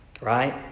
right